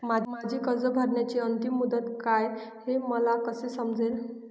माझी कर्ज भरण्याची अंतिम मुदत काय, हे मला कसे समजेल?